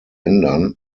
ändern